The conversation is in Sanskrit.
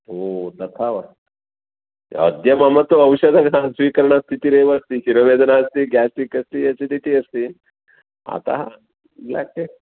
ओ तथा वा अद्य मम तु औषधं न स्वीकरणस्थितिरेव अस्ति शिरोवेदना अस्ति गेस्ट्रिक् अस्ति असिडिटि अस्ति अतः ब्लाक् टी